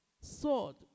sword